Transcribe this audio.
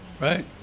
Right